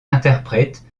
interprète